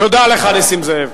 תודה, נסים זאב.